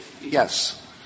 Yes